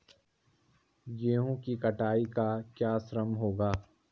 गेहूँ की कटाई का क्या श्रम होगा?